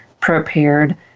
prepared